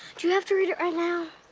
do you have to read it right now?